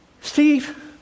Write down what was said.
Steve